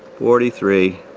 forty three.